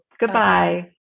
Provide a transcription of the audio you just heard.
Goodbye